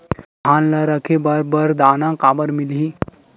धान ल रखे बर बारदाना काबर मिलही?